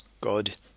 God